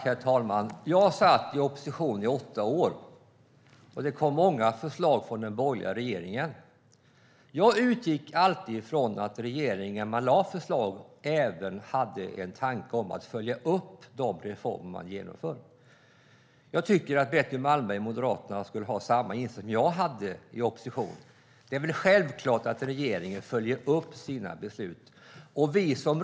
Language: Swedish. Herr talman! Jag satt i opposition i åtta år. Det kom många förslag från den borgerliga regeringen. Jag utgick alltid ifrån att regeringen, när man lade fram förslag, även hade en tanke på följa upp de reformer som genomfördes. Jag tycker att Betty Malmberg från Moderaterna bör ha samma inställning som jag hade i opposition. Det är självklart att regeringen följer upp sina beslut.